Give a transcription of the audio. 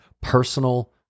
personal